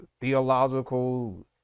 theological